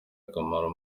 akamaro